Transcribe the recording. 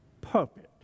perfect